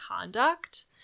conduct